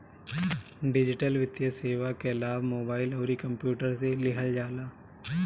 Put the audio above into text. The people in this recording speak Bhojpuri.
डिजिटल वित्तीय सेवा कअ लाभ मोबाइल अउरी कंप्यूटर से लिहल जाला